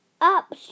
Up